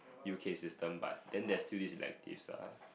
U_K system but then there's still this electives lah